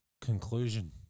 conclusion